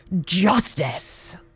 justice